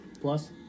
plus